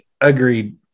Agreed